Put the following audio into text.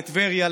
לטבריה,